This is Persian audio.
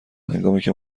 هنگامیکه